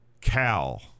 Cal